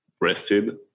rested